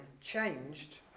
changed